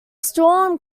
storm